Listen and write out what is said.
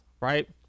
right